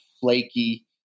flaky